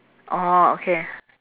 orh okay